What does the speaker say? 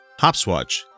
Hopswatch